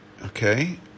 okay